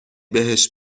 بهش